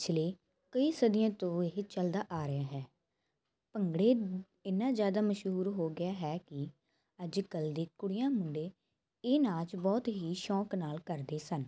ਪਿਛਲੇ ਕਈ ਸਦੀਆਂ ਤੋਂ ਇਹ ਚੱਲਦਾ ਆ ਰਿਹਾ ਹੈ ਭੰਗੜੇ ਇੰਨਾਂ ਜ਼ਿਆਦਾ ਮਸ਼ਹੂਰ ਹੋ ਗਿਆ ਹੈ ਕਿ ਅੱਜ ਕੱਲ੍ਹ ਦੇ ਕੁੜੀਆਂ ਮੁੰਡੇ ਇਹ ਨਾਚ ਬਹੁਤ ਹੀ ਸ਼ੌਂਕ ਨਾਲ ਕਰਦੇ ਸਨ